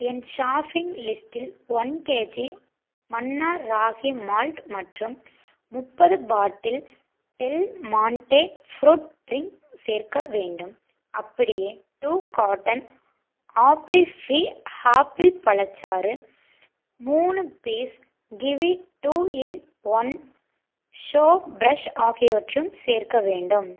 என் shopping லிஸ்ட்டில் one KG Manna ragi malt மற்றும் முப்பது bottle Del Monte fruit drink சேர்க்க வேண்டும் அப்படியே two cotton apple fizz apple பழச்சாறு மூணு piece kiwi two in one show fresh ஆகியவற்றையும் சேர்க்க வேண்டும்